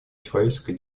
человеческой